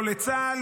לא לצה"ל,